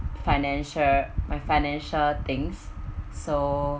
financial my financial things so